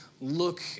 look